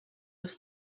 was